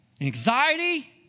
anxiety